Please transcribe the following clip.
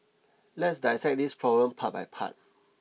let's dissect this problem part by part